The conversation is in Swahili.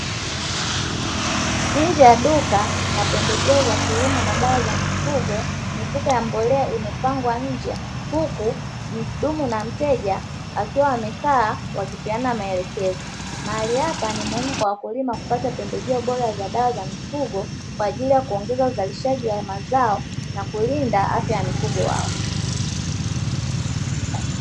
Nje ya duka la pembejeo za kilimo na dawa za mifugo, mifuko ya mbolea imepangwa nje, huku mhudumu na mteja wakiwa wamekaa wakipeana maelekezo. Mahali hapa ni muhimu kwa wakulima kupata pembejeo bora za dawa za mifugo kwa ajili ya kuongeza uzalishaji wa mazao na kulinda afya ya mifugo hao.